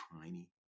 tiny